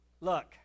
Look